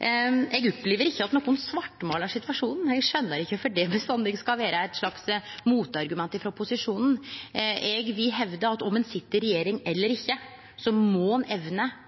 Eg opplever ikkje at nokon svartmålar situasjonen. Eg skjønar ikkje kvifor det bestandig skal vere eit slags motargument frå posisjonen. Eg vil hevde at om ein sit i regjering eller ikkje, må ein evne